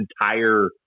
entire